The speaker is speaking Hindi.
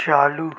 चालू